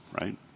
right